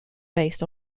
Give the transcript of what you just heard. based